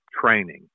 training